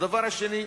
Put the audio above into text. דבר שני,